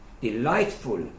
delightful